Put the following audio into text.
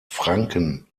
franken